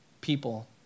people